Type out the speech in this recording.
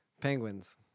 Penguins